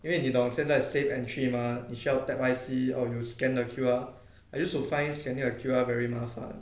因为你懂现在 safe entry mah 你需要 tap I_C or you scan the Q_R I used to find scanning the Q_R very 麻烦